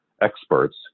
experts